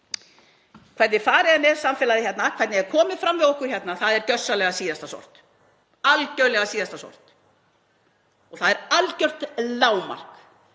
hvernig farið er með samfélagið hérna, hvernig er komið fram við okkur hérna er gjörsamlega síðasta sort, algerlega síðasta sort. Og það er algjört lágmark,